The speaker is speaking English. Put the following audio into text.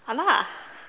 !hanna!